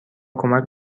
کمک